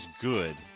good